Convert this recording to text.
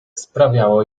sprawiało